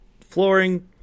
flooring